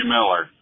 Miller